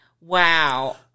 wow